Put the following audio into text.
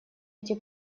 эти